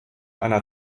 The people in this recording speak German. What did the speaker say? einer